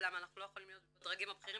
למה אנחנו לא יכולים להיות בדרגים הבכירים,